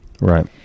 Right